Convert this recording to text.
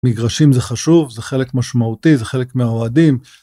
מגרשים זה חשוב, זה חלק משמעותי, זה חלק מהאוהדים.